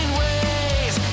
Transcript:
ways